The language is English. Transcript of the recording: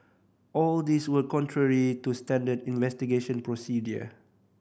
all these were contrary to standard investigation procedure